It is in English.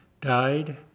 died